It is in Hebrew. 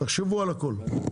תחשבו על הכל.